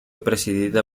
presidida